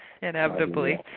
Inevitably